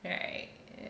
right